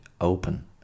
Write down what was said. open